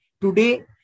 today